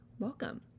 welcome